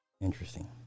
Interesting